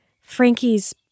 Frankie's